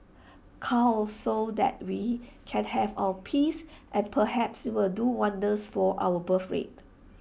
cull so that we can have our peace and perhaps IT will do wonders for our birthrate